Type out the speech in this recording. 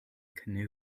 canoe